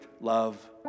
love